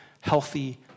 healthy